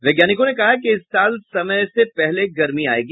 वैज्ञानिकों ने कहा है कि इस साल समय से पहले गर्मी आयेगी